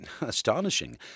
astonishing